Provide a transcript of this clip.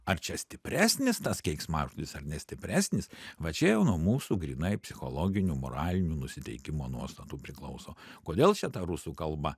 ar čia stipresnis tas keiksmažodis ar ne stipresnis va čia jau nuo mūsų grynai psichologinių moralinių nusiteikimo nuostatų priklauso kodėl čia ta rusų kalba